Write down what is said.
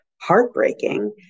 heartbreaking